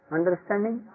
Understanding